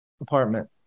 apartment